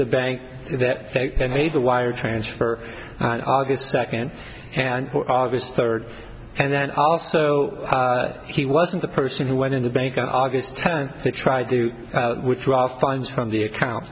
the bank and made the wire transfer august second and august third and then also he wasn't the person who went in the bank on august tenth they tried to withdraw funds from the account